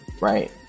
right